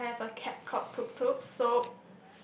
I have a cat called Tuptup so